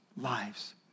lives